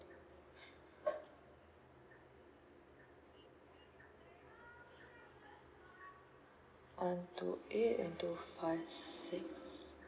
one two eight and two five six